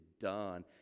done